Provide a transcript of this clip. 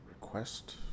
Request